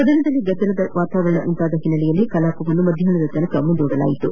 ಸದನದಲ್ಲಿ ಗದ್ದಲದ ವಾತಾವರಣ ಉಂಟಾದ ಹಿನ್ನೆಲೆಯಲ್ಲಿ ಕಲಾಪವನ್ನು ಮಧ್ಯಾಹ್ನದವರೆಗೆ ಮುಂದೂಡಲಾಯಿತು